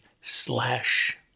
slash